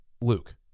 Luke